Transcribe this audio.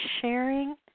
sharing